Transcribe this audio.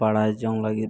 ᱵᱟᱲᱟᱭ ᱡᱚᱝ ᱞᱟᱹᱜᱤᱫ